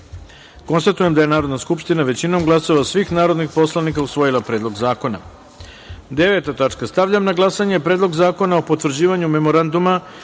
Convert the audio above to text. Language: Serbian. troje. Konstatujem da je Narodna skupština većinom glasova svih narodnih poslanika usvojila Predlog zakona. Osma tačka dnevnog reda. Stavljam na glasanje Predlog zakona o potvrđivanju Sporazuma